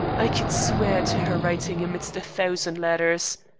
i could swear to her writing amidst a thousand letters.